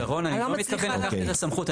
שרון, אני לא מתכוון לקחת את הסמכות.